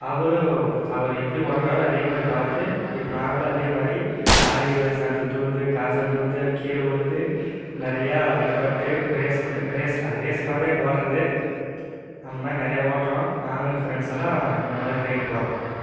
அவர் அவர் எப்படி ஓட்டுறாரோ அதேமாதிரி பார்த்து இப்போ நாங்களும் அதேமாதிரி லாரிய காசு வந்து வந்து கீழே விழுந்து நிறையா அடிப்பட்டு ரேஸ் ரேஸ் ரேஸ்மாரி ஓட்டுறது அந்தமாதிரி நிறையா ஓட்டறோம் நாங்களும் என் பிரண்ட்ஸ்செல்லாம் இந்தமாதிரி ரைடு போகிறோம்